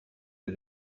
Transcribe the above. que